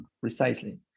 precisely